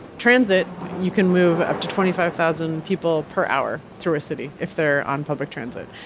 transit, you can move up to twenty five thousand people per hour through a city, if they're on public transit.